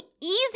easy